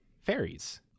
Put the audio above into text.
Fairies